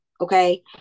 Okay